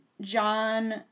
John